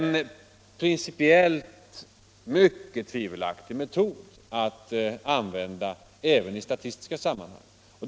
Det är en principiellt mycket tvivelaktig metod att använda även i statistiska sammanhang.